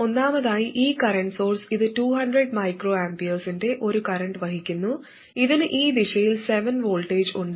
ഒന്നാമതായി ഈ current source ഇത് 200 µA ന്റെ ഒരു കറന്റ് വഹിക്കുന്നു ഇതിന് ഈ ദിശയിൽ 7 V വോൾട്ടേജ് ഉണ്ട്